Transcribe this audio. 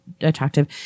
attractive